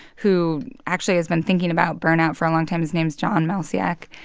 who actually has been thinking about burnout for a long time. his name is jon malesic.